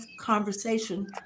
conversation